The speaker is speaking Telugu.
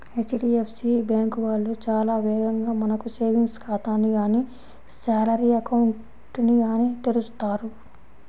హెచ్.డీ.ఎఫ్.సీ బ్యాంకు వాళ్ళు చాలా వేగంగా మనకు సేవింగ్స్ ఖాతాని గానీ శాలరీ అకౌంట్ ని గానీ తెరుస్తారు